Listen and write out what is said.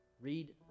Read